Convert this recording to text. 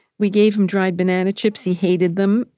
we gave him dried banana chips, he hated them,